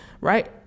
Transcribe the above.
right